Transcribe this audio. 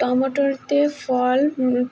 tomato তে ফল